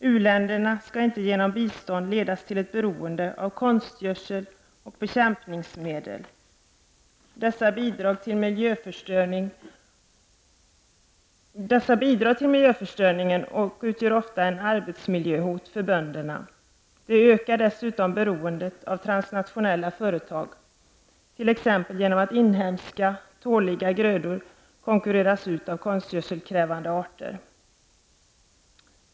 U-länderna skall inte genom biståndet ledas till beroende av konstgödsel och bekämpningsmedel. Dessa bidrar till miljöförstöringen och utgör ofta ett arbetsmiljöhot för bönderna. De ökar dessutom beroendet av transnationella företag, t.ex. genom att inhemska, tåliga grödor konkurreras ut av konstgödselkrävande arter.